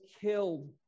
killed